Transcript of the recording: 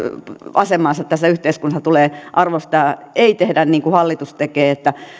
asemaansa tässä yhteiskunnassa tulee arvostaa ei tehdä niin kuin hallitus tekee että